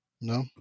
no